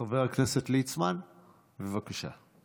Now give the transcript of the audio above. חבר הכנסת ליצמן, בבקשה.